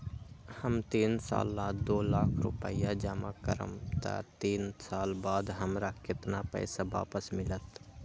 हम तीन साल ला दो लाख रूपैया जमा करम त तीन साल बाद हमरा केतना पैसा वापस मिलत?